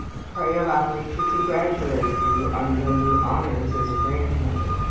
pray allow me to congratulate you on your new honours as a grandmother.